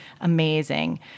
amazing